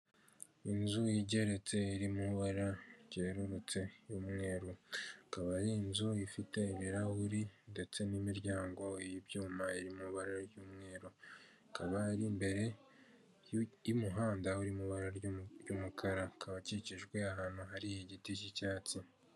Inzu igeretse iri mu ibara ryererutse ry'umweru, ikaba ari inzu ifite ibirahure ndetse n'imiryango y'inyuma iri mu ibara ry'umweru, ikaba iri imbere y'umuhanda iri mu ibara ry'umukara akaba akikijwe ahantu hari igiti k'icyatsi.